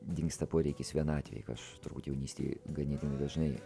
dingsta poreikis vienatvei aš turbūt jaunystėj ganėtinai dažnai